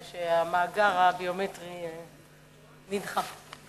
תרשה לי לשבח אותך על זה שהמאגר הביומטרי נדחה.